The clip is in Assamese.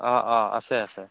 অঁ অঁ আছে আছে